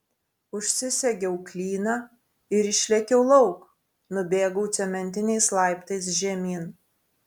užsisegiau klyną ir išlėkiau lauk nubėgau cementiniais laiptais žemyn